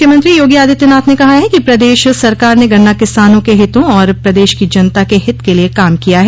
मुख्यमंत्री योगी आदित्यनाथ ने कहा है कि प्रदेश सरकार ने गन्ना किसानों के हितों और प्रदेश की जनता के हित के लिए काम किया है